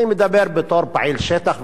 אני מדבר בתור פעיל שטח,